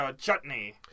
chutney